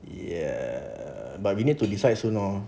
ya but we need to decide soon lor